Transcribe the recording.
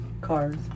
Cars